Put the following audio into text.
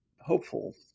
hopeful